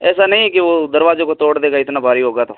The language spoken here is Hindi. ऐसा नहीं कि वह दरवाज़े को तोड़ देगा इतना भारी होगा तो